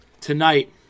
tonight